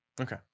okay